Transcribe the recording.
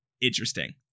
interesting